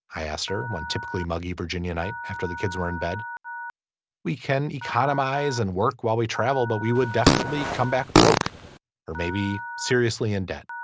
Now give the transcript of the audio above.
i asked her one typically muggy virginia night after the kids were in bed we can economize and work while we travel but we would definitely come back broke or maybe seriously in debt